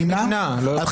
9